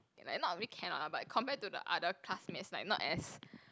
like not really cannot lah but compared to the other classmates like not as